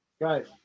Right